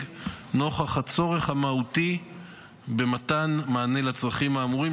נוכח הצורך המהותי במתן מענה לצרכים האמורים,